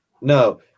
no